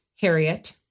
Harriet